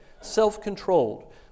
self-controlled